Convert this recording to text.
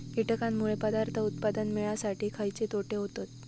कीटकांनमुळे पदार्थ उत्पादन मिळासाठी खयचे तोटे होतत?